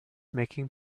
making